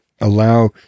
allow